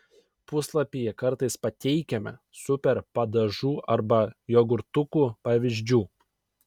puslapyje kartais pateikiame super padažų arba jogurtukų pavyzdžių